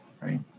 right